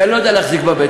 שאני לא יודע להחזיק בבטן.